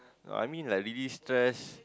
no I mean like relieve stress